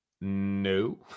No